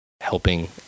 helping